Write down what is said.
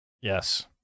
yes